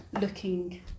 looking